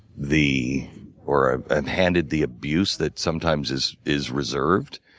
the or i'm handed the abuse that sometimes is is deserved.